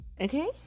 okay